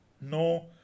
No